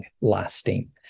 lasting